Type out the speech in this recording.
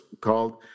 called